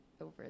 over